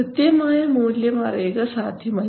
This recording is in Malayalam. കൃത്യമായ മൂല്യം അറിയുക സാധ്യമല്ല